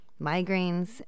Migraines